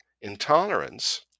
intolerance